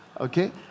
okay